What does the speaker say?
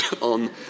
on